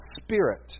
Spirit